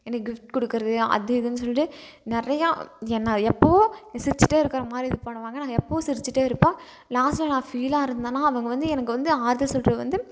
எனக்கு கிஃப்ட் கொடுக்கறது அது இதுன்னு சொல்லிவிட்டு நிறையா என்ன எப்போவும் சிரித்துட்டே இருக்கிற மாதிரி இது பண்ணுவாங்க நாங்கள் எப்போவும் சிரித்துட்டே இருப்போம் லாஸ்டில் நான் ஃபீலாக இருந்தேன்னா அவங்க வந்து எனக்கு வந்து ஆறுதல் சொல்கிறது வந்து